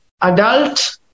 adult